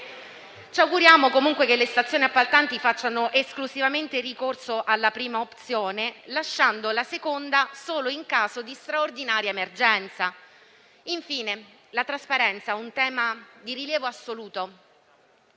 Ci auguriamo comunque che le stazioni appaltanti facciano esclusivamente ricorso alla prima opzione, lasciando la seconda solo in caso di straordinaria emergenza. Infine, c'è il tema della trasparenza, che è di rilievo assoluto.